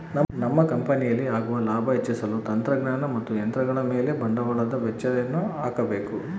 ನಮ್ಮ ಕಂಪನಿಯಲ್ಲಿ ಆಗುವ ಲಾಭ ಹೆಚ್ಚಿಸಲು ತಂತ್ರಜ್ಞಾನ ಮತ್ತು ಯಂತ್ರಗಳ ಮೇಲೆ ಬಂಡವಾಳದ ವೆಚ್ಚಯನ್ನು ಹಾಕಬೇಕು